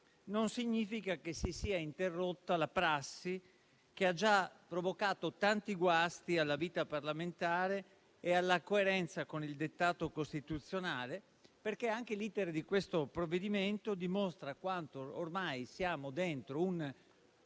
non significa che si sia interrotta la prassi che ha già provocato tanti guasti alla vita parlamentare e alla coerenza con il dettato costituzionale, perché anche l'*iter* di questo provvedimento dimostra quanto ormai siamo dentro un